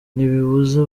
ntibibuza